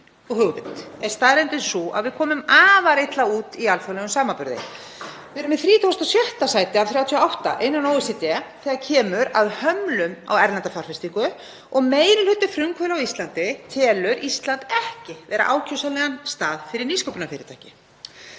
og hugvit er staðreyndin sú að við komum afar illa út í alþjóðlegum samanburði. Við erum í 36. sæti af 38 innan OECD þegar kemur að hömlum á erlenda fjárfestingu og meiri hluti frumkvöðla á Íslandi telur Ísland ekki vera ákjósanlegan stað fyrir nýsköpunarfyrirtæki.